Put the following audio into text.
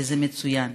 וזה מצוין.